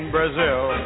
Brazil